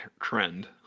trend